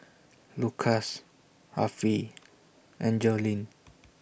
Lucas Affie and Joline